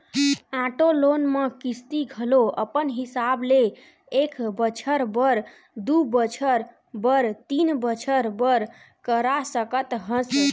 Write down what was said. auto loan म किस्ती घलो अपन हिसाब ले एक बछर बर, दू बछर बर, तीन बछर बर करा सकत हस